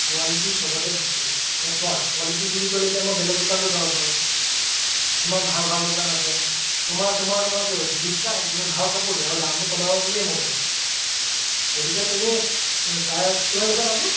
quality চবতে থাকে এতিয়া চোৱা কুৱালিটি বুলি ক'লে এতিয়া মই বেলেগ দোকানলৈও যাব পাৰোঁ ইমান ভাল ভাল দোকান আছে তোমাৰ তোমাৰ দোকানত কিয় গৈছোঁ বিশ্বাস আছে তুমি ভাল কাপোৰ দিয়া আৰু দামটো কমাবা বুলিয়ে মই যাওঁ গতিকে তুমি চাই কিমান কৈছা দামটো